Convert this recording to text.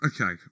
okay